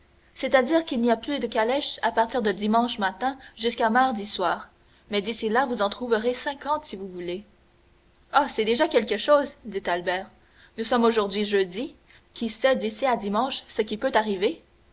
c'est-à-dire qu'il n'y a plus de calèche à partir de dimanche matin jusqu'à mardi soir mais d'ici là vous en trouverez cinquante si vous voulez ah c'est déjà quelque chose dit albert nous sommes aujourd'hui jeudi qui sait d'ici à dimanche ce qui peut arriver